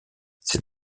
c’est